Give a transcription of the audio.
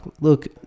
look